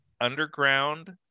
underground